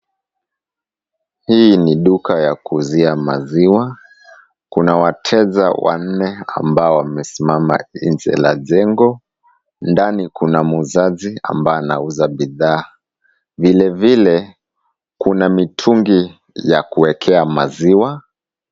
Hii ni duka ya kuuzia maziwa. Kuna wateja wanne ambao wamesimama nje la jengo. Ndani kuna muuzaji ambaye anauza bidhaa, vilevile kuna mitungi ya kuwekea maziwa.